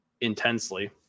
intensely